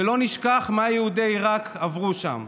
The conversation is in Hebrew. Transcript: שלא נשכח מה יהודי עיראק עברו שם,